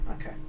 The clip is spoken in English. okay